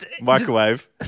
Microwave